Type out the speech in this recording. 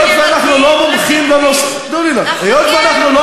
שלא ינצלו ילדים, היות שאנחנו לא